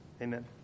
Amen